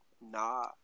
nah